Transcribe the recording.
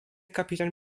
kapitan